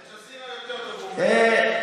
אל-ג'זירה יותר טוב, הוא אומר.